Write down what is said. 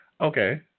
Okay